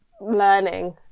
learning